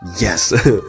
Yes